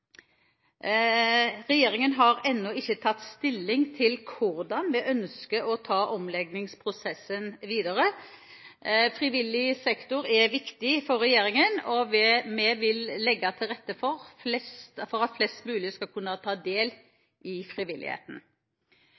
Regjeringen har ennå ikke tatt stilling til hvordan vi ønsker å ta omleggingsprosessen videre. Frivillig sektor er viktig for regjeringen, og vi vil legge til rette for at flest mulig skal kunne ta del i frivilligheten.